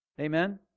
Amen